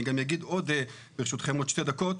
אני גם אגיד ברשותם עוד שתי דקות.